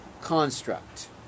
construct